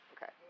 Okay